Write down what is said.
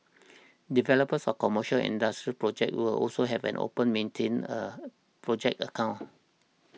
developers of commercial and industrial projects will also have and open maintain a project account